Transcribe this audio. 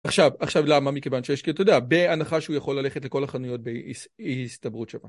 עכשיו, עכשיו למה מכיוון שיש אתה יודע, בהנחה שהוא יכול ללכת לכל החנויות בהסתברות שלה.